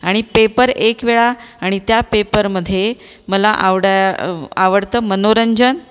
आणि पेपर एक वेळा आणि त्या पेपरमधे मला आवडा आवडतं मनोरंजन